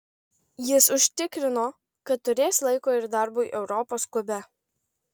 jis užtikrino kad turės laiko ir darbui europos klube